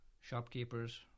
Shopkeepers